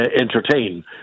entertain